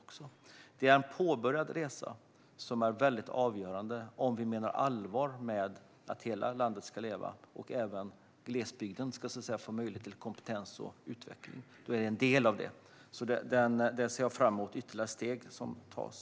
Detta är en påbörjad resa, som är avgörande om vi menar allvar med att hela landet ska leva och att även glesbygden ska få möjlighet till kompetens och utveckling. Om vi menar allvar med det är detta en del av det hela, så jag ser fram emot ytterligare steg som tas.